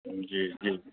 जी जी